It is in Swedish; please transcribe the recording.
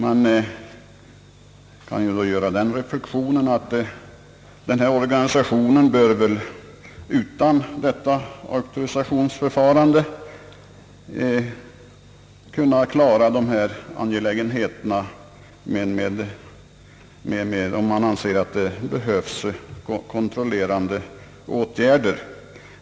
Man kan då göra den reflexionen att denna organisation bör väl utan detta auktorisationsförfarande kunna klara dessa angelägenheter, om det anses att det föreligger behov av kontrollerande åtgärder.